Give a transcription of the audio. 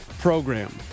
program